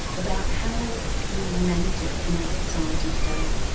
about how we manage it in our society today?